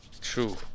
true